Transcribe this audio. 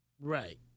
right